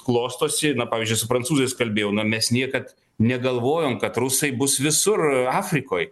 klostosi na pavyzdžiui su prancūzais kalbėjau na mes niekad negalvojom kad rusai bus visur afrikoj